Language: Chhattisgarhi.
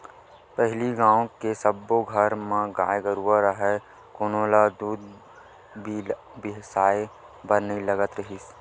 पहिली गाँव के सब्बो घर म गाय गरूवा राहय कोनो ल दूद बिसाए बर नइ लगत रिहिस